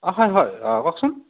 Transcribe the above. অঁ হয় হয় কওকচোন